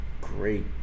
great